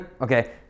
Okay